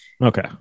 Okay